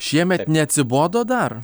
šiemet neatsibodo dar